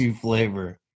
flavor